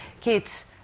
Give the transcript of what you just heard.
kids